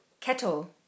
Kettle